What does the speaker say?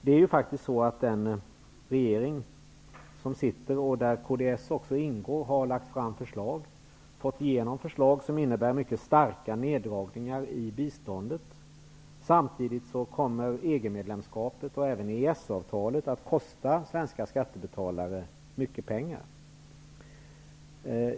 Det är faktiskt så att den sittande regeringen, i vilken kds ingår, har fått igenom förslag som innebär mycket starka neddragningar i biståndet. Samtidigt kommer EG medlemskapet och även EES-avtalet att kosta svenska skattebetalare mycket pengar.